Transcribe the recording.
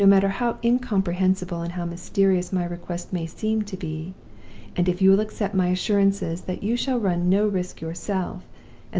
no matter how incomprehensible and how mysterious my request may seem to be and if you will accept my assurances that you shall run no risk yourself,